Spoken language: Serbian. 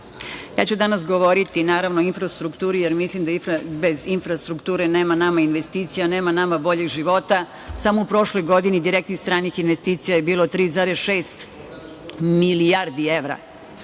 ću danas govoriti, naravno, o infrastrukturi, jer mislim da bez infrastrukture nema nama investicija, nema nama boljeg života. Samo u prošloj godini direktnih stranih investicija je bilo 3,6 milijardi evra.